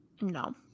No